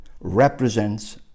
represents